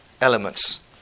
elements